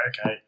okay